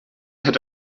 had